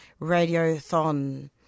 Radiothon